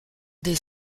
des